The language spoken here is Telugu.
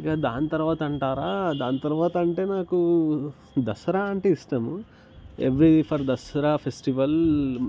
ఇహ దాని తరువాత అంటారా దాని తర్వాత అంటే నాకు దసరా అంటే ఇష్టము every year for Dasara festival